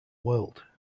world